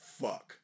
fuck